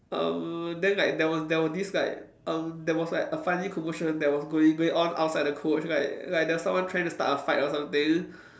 um then like there was there was this like um there was like a funny commotion that was going going on outside the coach like like there was someone trying to start a fight or something